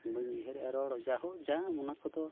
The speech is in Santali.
ᱵᱟᱹᱧ ᱩᱭᱦᱟᱹᱨᱮᱜᱼᱟ ᱡᱟ ᱨᱚᱲ ᱡᱟᱦᱳ ᱡᱟ ᱚᱱᱟ ᱠᱚᱫᱚ